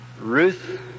Ruth